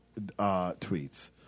tweets